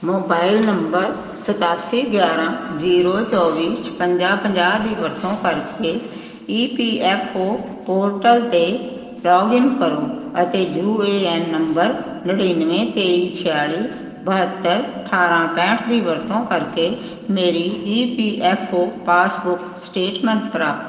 mobile number ਸਤਾਸੀ ਗਿਆਰ੍ਹਾਂ zero ਚੌਵੀ ਛਪੰਜਾ ਪੰਜਾਹ ਦੀ ਵਰਤੋਂ ਕਰਕੇ E P F O portal 'ਤੇ ਲੌਗਇਨ ਕਰੋ ਅਤੇ ਯੂ ਏ ਐਨ ਨੰਬਰ ਨੜ੍ਹਿੰਨਵੇਂ ਤੇਈ ਛਿਆਲੀ ਬਹੱਤਰ ਅਠਾਰ੍ਹਾਂ ਪੈਂਹਠ ਦੀ ਵਰਤੋਂ ਕਰਕੇ ਮੇਰੀ E P F O passbook statement ਪ੍ਰਾਪਤ ਕਰੋ